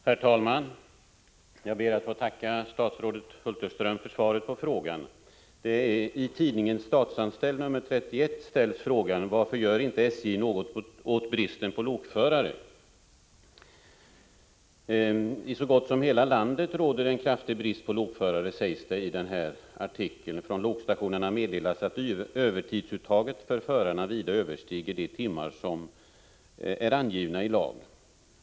Herr talman! Jag ber att få tacka statsrådet Hulterström för svaret på frågan. I tidningen Statsanställd nr 31 ställs frågan: Varför gör inte SJ något åt bristen på lokförare? ”I så gott som hela landet råder en kraftig brist på lokförare”, sägs det i denna artikel. Från lokstationerna meddelas att övertidsuttaget för förarna vida överstiger de timmar som är angivna i lag.